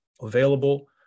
available